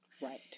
Right